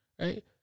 right